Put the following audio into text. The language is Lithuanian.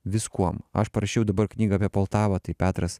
viskuom aš parašiau dabar knygą apie poltavą tai petras